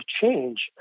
change